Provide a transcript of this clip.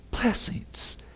blessings